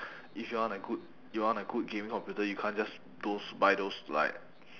if you want a good you want a good gaming computer you can't just those buy those like